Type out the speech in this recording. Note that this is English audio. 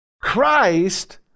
Christ